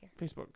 Facebook